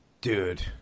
Dude